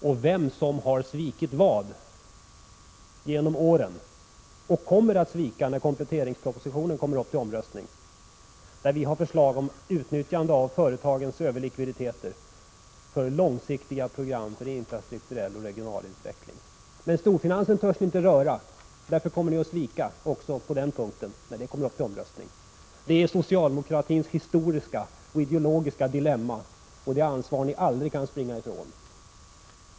Vi vet vilka som har svikit vad genom åren och vilka som kommer att svika vid omröstningen om kompletteringspropositionen, där vi har förslag om utnyttjande av företagens överlikviditeter för långsiktiga program avseende infrastrukturell och regional utveckling. Storfinansen törs ni inte röra, och därför kommer ni att svika också vid omröstningen om kompletteringspropositionen. Detta är socialdemokratins historiska och ideologiska dilemma, och det är ett ansvar som ni aldrig kan springa ifrån.